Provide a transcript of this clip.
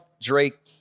Drake